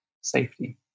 safety